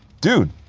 dude,